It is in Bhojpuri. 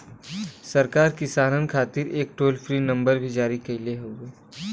सरकार किसानन खातिर एक टोल फ्री नंबर भी जारी कईले हउवे